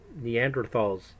Neanderthals